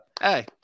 Hey